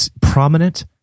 prominent